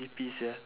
sleepy sia